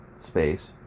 space